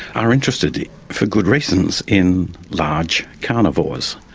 are interested, for good reasons, in large carnivores.